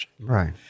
Right